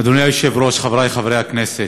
אדוני היושב-ראש, חברי חברי הכנסת,